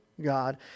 God